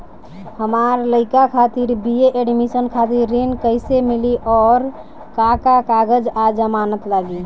हमार लइका खातिर बी.ए एडमिशन खातिर ऋण कइसे मिली और का का कागज आ जमानत लागी?